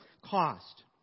cost